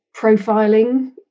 profiling